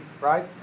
right